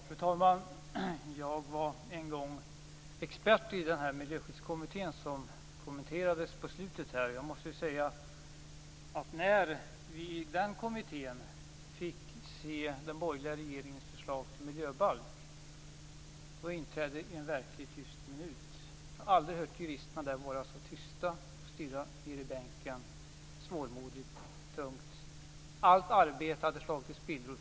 Fru talman! Jag var en gång expert i Miljöskyddskommittén, som kommenterades på slutet här. Jag måste säga att när vi i den kommittén fick se den borgerliga regeringens förslag till miljöbalk inträdde verkligen en tyst minut. Jag har aldrig hört juristerna där vara så tysta. Man stirrade ned i bänken - svårmodigt, tungt. Allt arbete hade slagits i spillror.